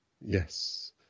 Yes